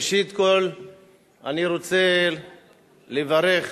ראשית, אני רוצה לברך